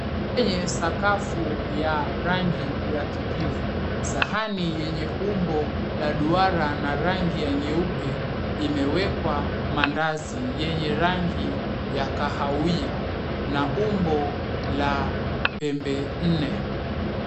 Kwenye sakafu ya rangi ya kijivu, sahani lenye umbo la duara na rangi ya nyeupe, imewekwa mandazi yenye rangi ya kahawia na umbo la pembe nne.